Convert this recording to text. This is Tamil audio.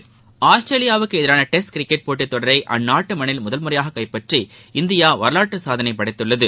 விளையாட்டு செய்தி ஆஸ்திரேலியாவுக்கு எதிரான டெஸ்ட் கிரிக்கெட் போட்டி தொடரை அந்நாட்டு மண்ணில் முதன் முறையாக கைப்பற்றி இந்தியா வரலாற்று சாதனை படைத்துள்ளது